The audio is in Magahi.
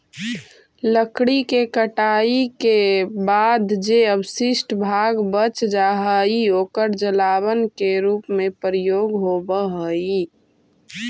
लकड़ी के कटाई के बाद जे अवशिष्ट भाग बच जा हई, ओकर जलावन के रूप में प्रयोग होवऽ हई